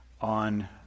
on